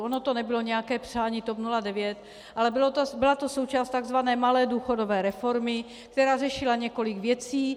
Ono to nebylo nějaké přání TOP 09, ale byla to součást takzvané malé důchodové reformy, která řešila několik věcí.